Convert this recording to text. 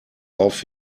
auf